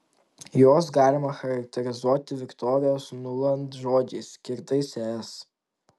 juos galima charakterizuoti viktorijos nuland žodžiais skirtais es